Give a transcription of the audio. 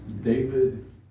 David